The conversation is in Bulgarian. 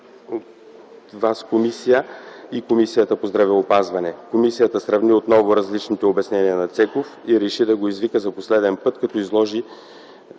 от Вас комисия, и Комисията по здравеопазване”. Комисията сравни отново различните обяснения на Цеков и реши да го извика за последен път да изложи